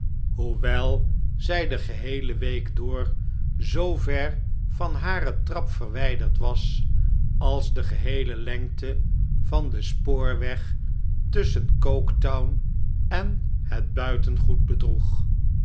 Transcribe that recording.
hoewel zij de geheele week door zoo ver van hare trap verwijderd was als de geheele lengte van den spoorweg tusschen goketown en het buitengoed bedroeg